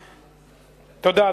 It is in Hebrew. תודה.